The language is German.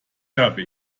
habe